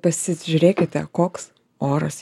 pasižiūrėkite koks oras